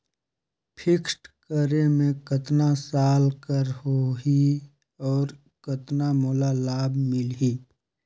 Fixed करे मे कतना साल कर हो ही और कतना मोला लाभ मिल ही?